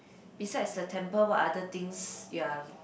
besides the temple what other things you are